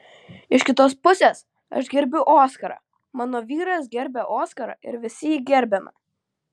iš kitos pusės aš gerbiu oskarą mano vyras gerbia oskarą ir visi jį gerbiame